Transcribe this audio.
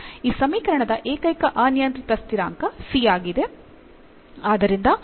ಈ ಸಮೀಕರಣದ ಏಕೈಕ ಅನಿಯಂತ್ರಿತ ಸ್ಥಿರಾಂಕ c ಆಗಿದೆ